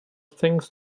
things